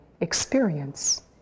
experience